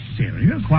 serious